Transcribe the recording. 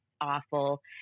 awful